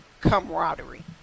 camaraderie